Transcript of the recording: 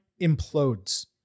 implodes